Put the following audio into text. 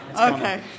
Okay